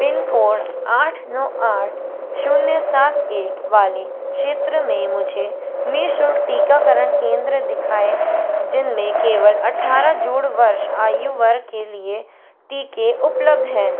pin code आठ नौ आठ शून्य सात एक वाले क्षेत्र में मुझे निशुल्क टीकाकरण केंद्र दिखाए जिनमें केवल अट्ठारह जोड़ वर्ष आयु वर के लिए टीके उपलब्ध हैं